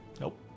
nope